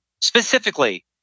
specifically